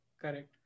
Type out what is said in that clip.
Correct